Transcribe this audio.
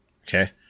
okay